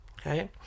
Okay